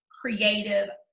creative